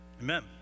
amen